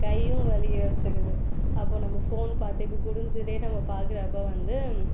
கையும் வலி எடுத்துக்குது அப்புறம் நம்ம ஃபோன் பார்த்துட்டு இப்படி குணிஞ்சுன்னே நம்ம பார்க்குறப்ப வந்து